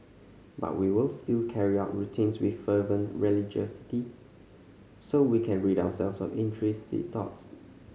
but we will still carry out routines with fervent religiosity so we can rid ourselves of intrusive thoughts